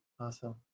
Awesome